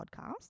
podcast